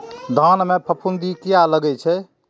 धान में फूफुंदी किया लगे छे?